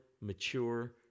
mature